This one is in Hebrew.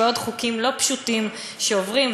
ועוד חוקים לא פשוטים שעוברים,